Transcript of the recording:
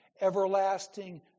everlasting